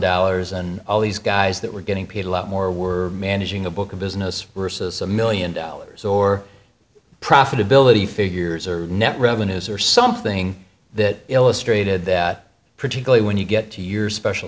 dollars and all these guys that were getting paid a lot more were managing a book of business versus a million dollars or profitability figures or net revenues or something that illustrated that particularly when you get two years special